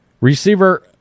Receiver